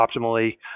optimally